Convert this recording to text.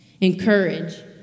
Encourage